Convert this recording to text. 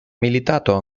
militato